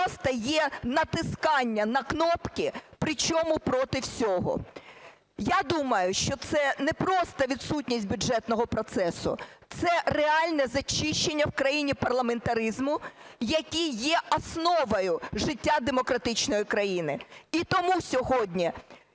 Просто є натискання на кнопки, причому проти всього. Я думаю, що це не просто відсутність бюджетного процесу, це реальне зачищення в країні парламентаризму, який є основою життя демократичної країни.